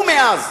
ומאז